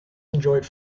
enjoyed